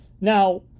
Now